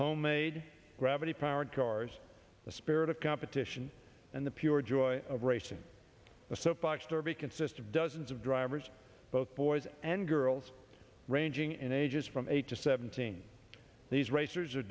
homemade gravity powered cars the spirit of competition and the pure joy of racing a soap box derby consist of dozens of drivers both boys and girls ranging in ages from eight to seventeen these racers are